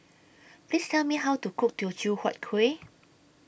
Please Tell Me How to Cook Teochew Huat Kuih